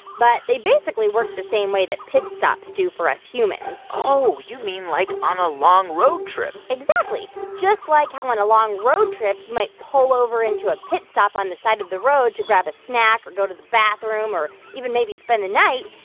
but they basically work the same way that pit stops do for us humans oh, you mean like on a long road trip exactly. just like how, on a long road trip, you might pull over into a pit stop on the side of the road to grab a snack or go to the bathroom or even maybe spend the night,